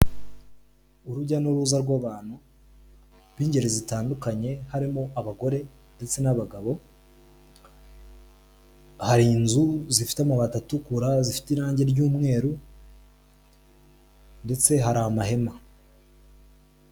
Urujya n'uruza rw'abantu b'ingeri zitandukanye, harimo abagore ndetse n'abagabo, hari inzu zifite amabati atukura, zifite irange ry'umweru, ndetse hari amahema.